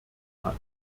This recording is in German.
hat